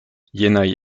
jenaj